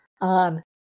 on